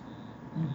mm